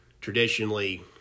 traditionally